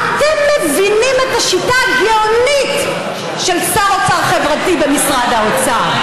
אתם מבינים את השיטה הגאונית של שר אוצר חברתי במשרד האוצר?